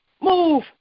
move